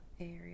area